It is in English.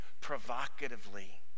provocatively